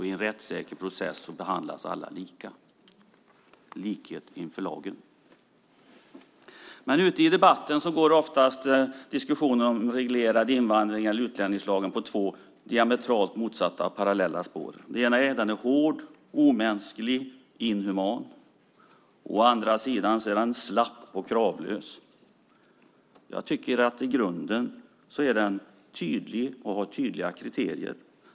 I en rättssäker process behandlas alla lika. Det är likhet inför lagen. Men i debatten ute går oftast diskussionen om reglerad invandring, utlänningslagen, på två diametralt motsatta parallella spår: Å ena sidan är den är hård, omänsklig och inhuman. Å andra sidan är den slapp och kravlös. Jag tycker att den i grunden är tydlig, att den har tydliga kriterier.